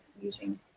using